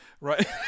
Right